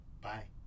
Bye